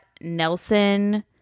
Nelson